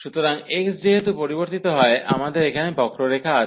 সুতরাং x যেহেতু পরিবর্তিত হয় আমাদের এখানে বক্ররেখা আছে